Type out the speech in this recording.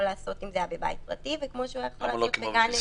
לעשות אם זה היה בבית פרטי וכמו שהוא היה יכול לעשות בגן אירועים.